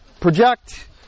project